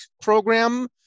program